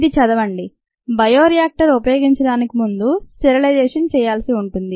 ఇది చదవండి బయోరియాక్టర్ ఉపయోగించడానికి ముందు "స్టెరిలైజేషన్" చేయాల్సి ఉంటుంది